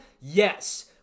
yes